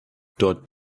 dort